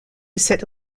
cette